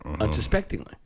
unsuspectingly